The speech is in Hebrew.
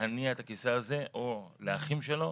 להניע את הכיסא הזה או לאחים שלו,